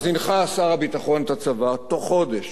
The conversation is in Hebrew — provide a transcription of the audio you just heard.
הנחה שר הביטחון את הצבא לבוא בתוך חודש